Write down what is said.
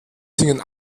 singen